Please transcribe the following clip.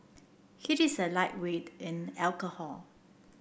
he is a lightweight in alcohol